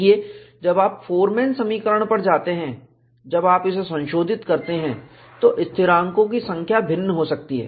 देखिए जब आप फोरमैन समीकरण पर जाते हैं जब आप इसे संशोधित करते हैं तो स्थिरांकों की संख्या भिन्न हो सकती है